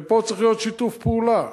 ופה צריך להיות שיתוף פעולה,